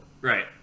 Right